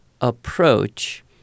approach